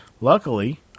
Luckily